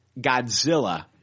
Godzilla